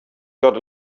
got